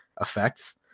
effects